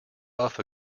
off